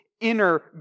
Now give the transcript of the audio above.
inner